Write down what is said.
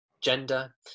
gender